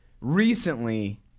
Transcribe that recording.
recently